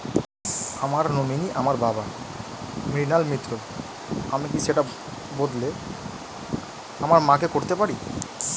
আমার নমিনি আমার বাবা, মৃণাল মিত্র, আমি কি সেটা বদলে আমার মা কে করতে পারি?